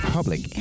Public